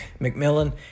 McMillan